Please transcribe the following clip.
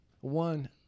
one